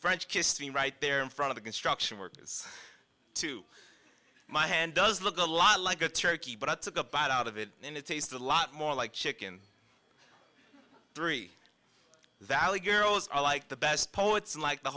french kissed me right there in front of a construction workers to my hand does look a lot like a turkey but i took a bite out of it and it tasted a lot more like chicken three that all year olds are like the best poets like the